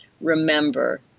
Remember